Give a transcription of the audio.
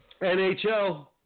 NHL